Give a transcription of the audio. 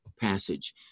passage